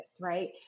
right